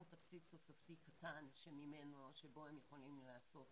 תקציב תוספתי קטן שבו הם יכולים לעשות